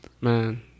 Man